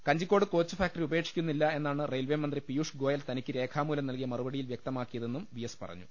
Kanjikode coach factory ഉപേക്ഷിക്കു ന്നില്ല എന്നാണ് റെയിൽവെമന്ത്രി പിയൂഷ് ഗോയൽ തനിക്ക് രേഖാമൂലം നൽകിയ മറുപടിയിൽ വ്യക്തമാക്കിയതെന്ന് വി എസ് പറഞ്ഞു